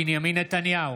בנימין נתניהו,